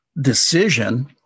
decision